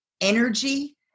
energy